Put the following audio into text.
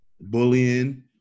bullying